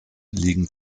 liegen